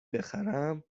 بخرم